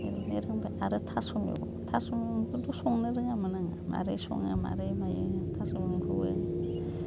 ओरैनो रोंबाय आरो थास' मैगं थास' मैगंखौथ' संनो रोङामोन आङो माबोरै सङो माबोरै मायो थास' मैगंखौबो